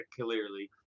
clearly